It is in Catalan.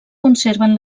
conserven